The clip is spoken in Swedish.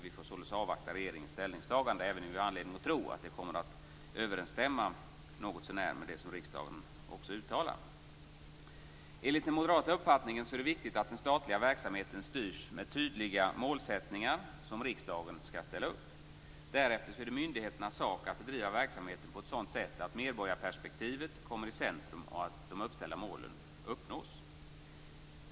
Vi får således avvakta regeringens ställningstagande, även om vi har anledning att tro att det kommer att överensstämma något så när med det som riksdagen också uttalar. Enligt den moderata uppfattningen är det viktigt att den statliga verksamheten styrs med tydliga målsättningar, som riksdagen skall ställa upp. Därefter är det myndigheternas sak att bedriva verksamheten på ett sådant sätt att medborgarperspektivet kommer i centrum och att de uppställda målen uppnås.